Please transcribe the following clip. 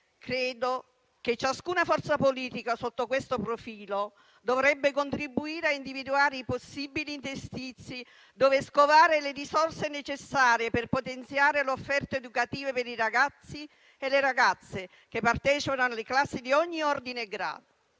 credo che ciascuna forza politica, sotto questo profilo, dovrebbe contribuire a individuare i possibili interstizi dove scovare le risorse necessarie per potenziare l'offerta educativa per i ragazzi e le ragazze che partecipano alle classi di ogni ordine e grado.